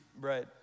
Right